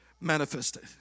Manifested